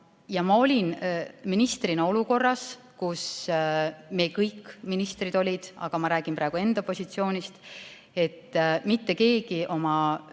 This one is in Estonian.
Ja ma olin ministrina olukorras, kus kõik ministrid olid, aga ma räägin praegu enda positsioonist: mitte keegi oma